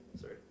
Sorry